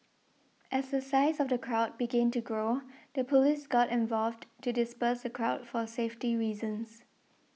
as the size of the crowd began to grow the police got involved to disperse the crowd for safety reasons